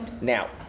Now